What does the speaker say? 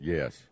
Yes